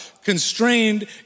constrained